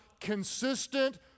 consistent